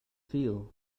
feel